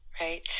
right